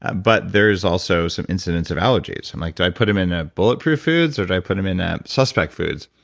but there's also some incidents of allergies. so i'm like, do i put them in ah bulletproof foods or do i put them in ah suspect foods?